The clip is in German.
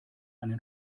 einen